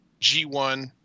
G1